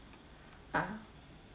ah